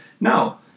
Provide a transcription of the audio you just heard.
No